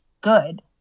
good